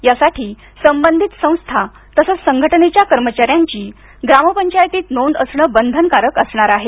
यासाठी संबंधित संस्था तसंच संघटनेच्या कर्मचाऱ्यांची ग्रामपंचातीत नोंद असणं बंधनकारक असणार आहे